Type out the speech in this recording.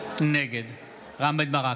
נגד רם בן ברק,